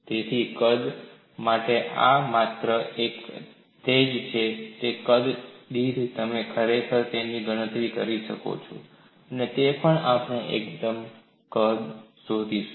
તેથી કદ માટે આ માત્ર તે જ છે કદ દીઠ તમે ખરેખર તેની ગણતરી કરી રહ્યાં છો અને તે પણ આપણે એકમ કદ શોધીશું